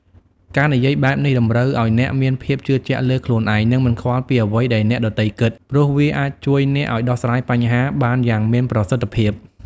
ការនិយាយបែបនេះតម្រូវឱ្យអ្នកមានភាពជឿជាក់លើខ្លួនឯងនិងមិនខ្វល់ពីអ្វីដែលអ្នកដទៃគិត ព្រោះវាអាចជួយអ្នកឱ្យដោះស្រាយបញ្ហាបានយ៉ាងមានប្រសិទ្ធភាព។